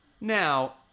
Now